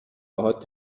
باهات